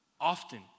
often